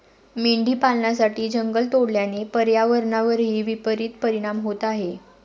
मेंढी पालनासाठी जंगल तोडल्याने पर्यावरणावरही विपरित परिणाम होत आहे